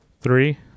Three